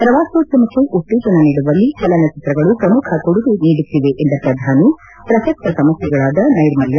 ಪ್ರವಾಸೋದ್ಯಮಕ್ಕೆ ಉತ್ತೇಜನ ನೀಡುವಲ್ಲಿ ಚಲನಚಿತ್ರಗಳು ಪ್ರಮುಖ ಕೊಡುಗೆ ನೀಡುತ್ತಿವೆ ಎಂದ ಪ್ರಧಾನಿ ಪ್ರಸಕ್ತ ಸಮಸ್ಲೆಗಳಾದ ನೈರ್ಮಲ್ಲ